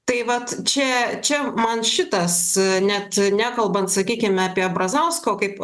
tai vat čia čia man šitas net nekalbant sakykime apie brazausko kaip